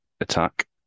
attack